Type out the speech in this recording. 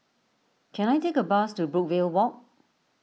can I take a bus to Brookvale Walk